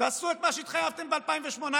תעשו את מה שהתחייבתם ב-2018,